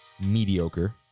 mediocre